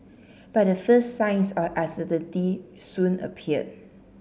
but the first signs of uncertainty soon appear